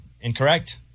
Incorrect